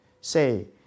Say